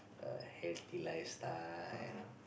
a healthy lifestyle